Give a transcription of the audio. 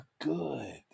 good